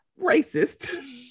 racist